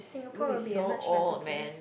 Singapore will be a much better place